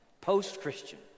Post-Christian